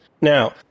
Now